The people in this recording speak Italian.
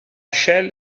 shell